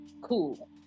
cool